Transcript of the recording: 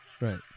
Right